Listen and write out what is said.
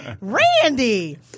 Randy